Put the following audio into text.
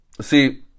See